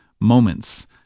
moments